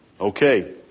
okay